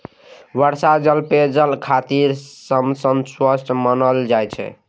वर्षा जल पेयजल खातिर सबसं स्वच्छ मानल जाइ छै